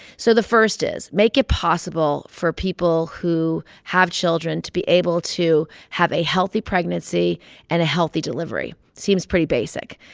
so the first is make it possible for people who have children to be able to have a healthy pregnancy and a healthy delivery seems pretty basic.